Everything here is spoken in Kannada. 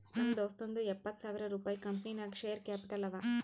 ನಮ್ ದೋಸ್ತುಂದೂ ಎಪ್ಪತ್ತ್ ಸಾವಿರ ರುಪಾಯಿ ಕಂಪನಿ ನಾಗ್ ಶೇರ್ ಕ್ಯಾಪಿಟಲ್ ಅವ